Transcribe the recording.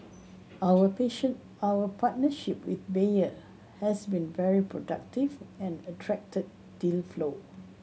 our patient our partnership with Bayer has been very productive and attracted deal flow